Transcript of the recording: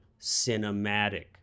cinematic